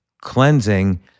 cleansing